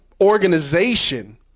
organization